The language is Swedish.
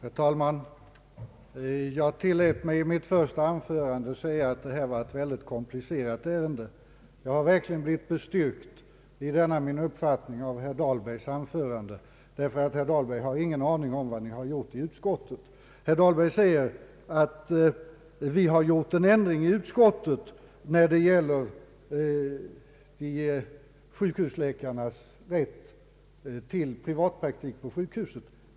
Herr talman! Jag tillät mig säga i mitt första anförande att det här är ett väldigt komplicerat ärende. Jag har verkligen blivit styrkt i denna min uppfattning av herr Dahlbergs anförande, ty herr Dahlberg har ingen aning om vad han har varit med om att göra i utskottet. Herr Dahlberg sade att utskottet har gjort en ändring då det gäller sjukhusläkarnas rätt till privatpraktik på sjukhusen.